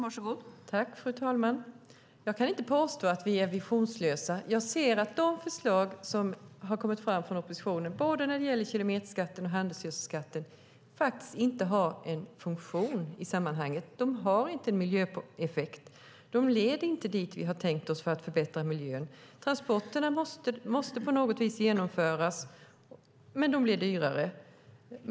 Fru talman! Jag kan inte hålla med om att vi är visionslösa. Jag menar att de förslag som har kommit fram från oppositionen när det gäller både kilometerskatten och handelsgödselskatten faktiskt inte har en funktion i sammanhanget. De har inte en miljöeffekt. De leder inte dit vi har tänkt oss för att förbättra miljön. Transporterna måste på något vis genomföras, men de blir dyrare.